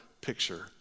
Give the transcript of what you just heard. picture